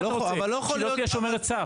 מה אתה רוצה שהיא לא תהיה שומרת סף?